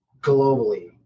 globally